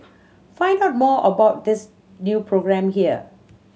find out more about this new programme here